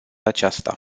aceasta